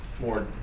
more